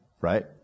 right